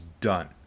done